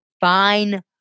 Fine